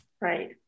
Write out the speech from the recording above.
Right